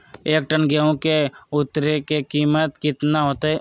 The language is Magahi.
एक टन गेंहू के उतरे के कीमत कितना होतई?